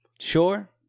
sure